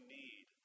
need